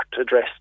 address